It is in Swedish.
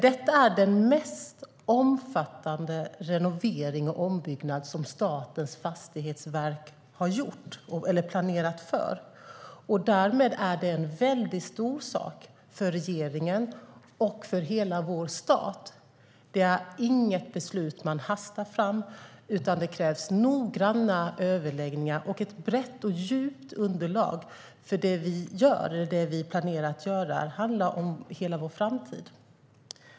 Detta är den mest omfattande renovering och ombyggnad som Statens fastighetsverk har planerat för. Därmed är det en mycket stor sak för regeringen och för hela vår stat. Det är inget beslut man hastar fram, utan det krävs noggranna överläggningar och ett brett och djupt underlag. Det vi gör, det vi planerar att göra, handlar om hela vår framtid.